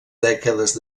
dècades